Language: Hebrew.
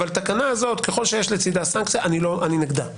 אבל התקנה הזו ככל שיש לצדה סנקציה, אני נגדה.